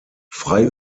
frei